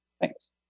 Thanks